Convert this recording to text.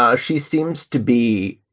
ah she seems to be